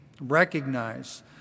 recognize